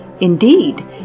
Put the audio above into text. Indeed